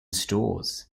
stores